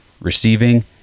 receiving